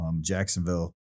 Jacksonville